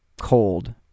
cold